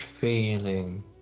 feeling